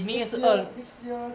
next year next year